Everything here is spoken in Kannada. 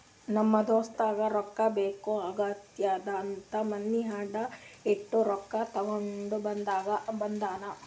ನಮ್ ದೋಸ್ತಗ ರೊಕ್ಕಾ ಬೇಕ್ ಆಗ್ಯಾದ್ ಅಂತ್ ಮನಿ ಅಡಾ ಇಟ್ಟು ರೊಕ್ಕಾ ತಗೊಂಡ ಬಂದಾನ್